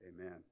amen